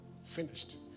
Finished